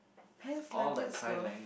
Pan's Labyrinth though